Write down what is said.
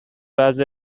برخی